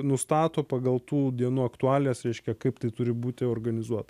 nustato pagal tų dienų aktualijas reiškia kaip tai turi būti organizuota